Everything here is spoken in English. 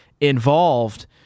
involved